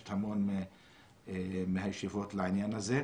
הניצול המיטבי שלו.